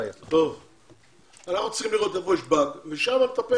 אנחנו צריכים לראות איפה יש באג ושם לטפל.